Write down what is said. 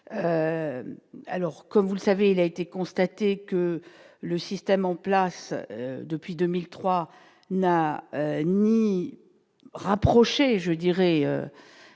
alors comme vous le savez, il a été constaté que le système en place depuis 2003, n'a ni rapprocher je dirais